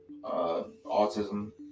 autism